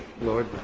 Lord